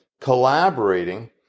collaborating